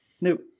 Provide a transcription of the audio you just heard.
Nope